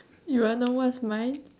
you want know what's mine